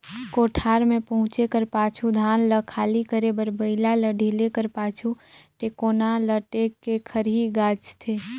कोठार मे पहुचे कर पाछू धान ल खाली करे बर बइला ल ढिले कर पाछु, टेकोना ल टेक के खरही गाजथे